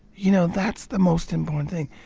you know, that's the most important thing.